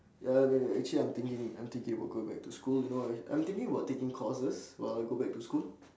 ya wait wait wait actually I'm thinking I'm thinking about going back to school you know I I'm thinking about taking courses while I go back to school